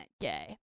gay